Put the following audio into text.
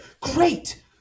great